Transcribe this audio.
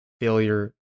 failure